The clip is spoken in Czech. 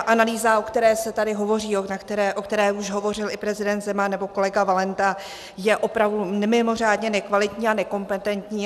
Analýza, o které se tady hovoří, o které už hovořil i prezident Zeman nebo kolega Valenta, je opravdu mimořádně nekvalitní a nekompetentní.